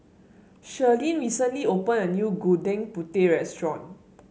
Shirlene recently opened a new Gudeg Putih restaurant